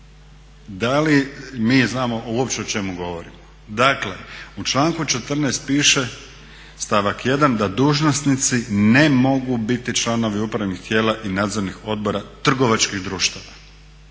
da li mi znao uopće o čemu govorimo? Dakle u članku 14.piše stavak 1.da dužnosnici ne mogu biti članovi upravnih tijela i nadzornih odbora trgovačkih društava.